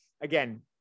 again